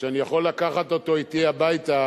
שאני יכול לקחת אותו אתי הביתה,